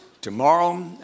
tomorrow